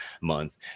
month